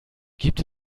gibt